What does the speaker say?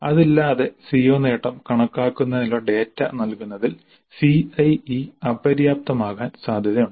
അതില്ലാതെ CO നേട്ടം കണക്കാക്കുന്നതിനുള്ള ഡാറ്റ നൽകുന്നതിൽ CIE അപര്യാപ്തമാകാൻ സാധ്യതയുണ്ട്